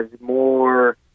more